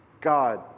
God